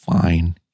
fine